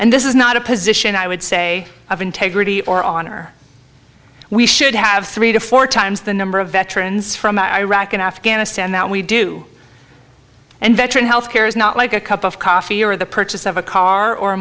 and this is not a position i would say of integrity or honor we should have three to four times the number of veterans from iraq and afghanistan that we do and veterans health care is not like a cup of coffee or the purchase of a car or a